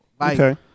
Okay